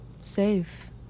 safe